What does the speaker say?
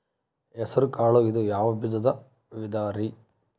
ಹೆಸರುಕಾಳು ಇದು ಯಾವ ಬೇಜದ ವಿಧರಿ?